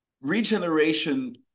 regeneration